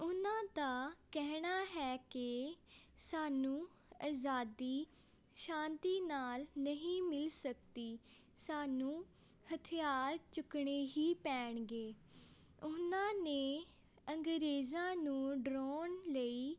ਉਹਨਾਂ ਦਾ ਕਹਿਣਾ ਹੈ ਕਿ ਸਾਨੂੰ ਆਜ਼ਾਦੀ ਸ਼ਾਂਤੀ ਨਾਲ ਨਹੀਂ ਮਿਲ ਸਕਦੀ ਸਾਨੂੰ ਹਥਿਆਰ ਚੁੱਕਣੇ ਹੀ ਪੈਣਗੇ ਉਹਨਾਂ ਨੇ ਅੰਗਰੇਜ਼ਾਂ ਨੂੰ ਡਰਾਉਣ ਲਈ